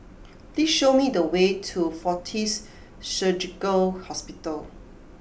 please show me the way to Fortis Surgical Hospital